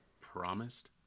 Promised